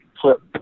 Clip